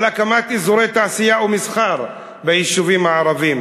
על הקמת אזורי תעשייה ומסחר ביישובים הערביים,